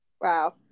Wow